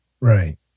Right